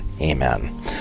Amen